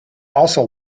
also